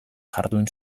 jardun